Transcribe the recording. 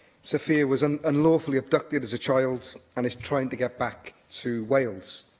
safia was um unlawlfully abducted as a child, and is trying to get back to wales.